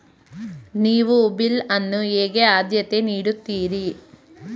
ನೀವು ಬಿಲ್ ಅನ್ನು ಹೇಗೆ ಆದ್ಯತೆ ನೀಡುತ್ತೀರಿ?